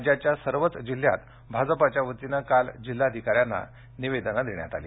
राज्याच्या सर्वच जिल्ह्यात भाजपाच्या वतीनं काल जिल्हाधिकाऱ्यांना निवेदनं देण्यात आली